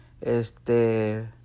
Este